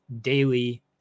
daily